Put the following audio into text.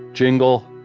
jingle.